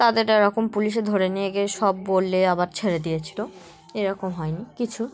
তাদের এরকম পুলিশে ধরে নিয়ে গিয়ে সব বললে আবার ছেড়ে দিয়েছিলো এরকম হয়নি কিছু